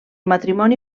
matrimoni